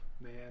man